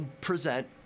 present